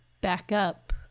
backup